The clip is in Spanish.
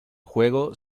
juego